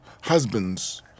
Husbands